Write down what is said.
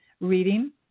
reading